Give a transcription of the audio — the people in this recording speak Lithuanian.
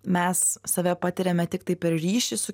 mes save patiriame tiktai per ryšį su